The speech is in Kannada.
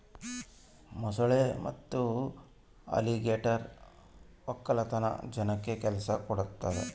ಮೊಸಳೆ ಮತ್ತೆ ಅಲಿಗೇಟರ್ ವಕ್ಕಲತನ ಜನಕ್ಕ ಕೆಲ್ಸ ಕೊಡ್ತದೆ